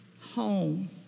home